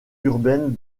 urbaine